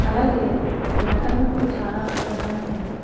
అలాగే వ్యాకరణ కూడా చాలా ప్రధానమైనది